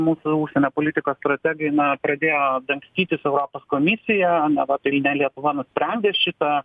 mūsų užsienio politikos strategai na pradėjo dangstytis europos komisija neva ne lietuva nusprendė šitą